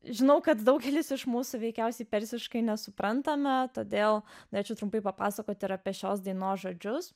žinau kad daugelis iš mūsų veikiausiai persiškai nesuprantame todėl norėčiau trumpai papasakoti apie šios dainos žodžius